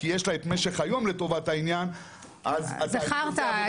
כי יש לה את משך היום לטובת העניין --- זו חארטה,